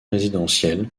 résidentiel